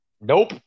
Nope